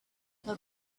the